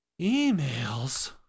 Emails